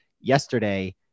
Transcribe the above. yesterday